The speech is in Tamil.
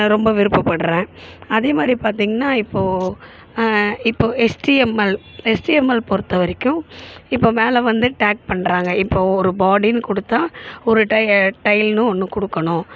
ரொம்ப விருப்பப்படுறேன் அதேமாதிரி பார்த்தீங்கன்னா இப்போ இப்போ ஹெச்டிஎம்எல் ஹெச்டிஎம்எல் பொறுத்த வரைக்கும் இப்போ மேலே வந்து டேக் பண்ணுறாங்க இப்போ ஒரு பாடின்னு கொடுத்தா ஒரு டை டைல்னு ஒன்று கொடுக்கணும்